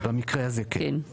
במקרה הזה כן.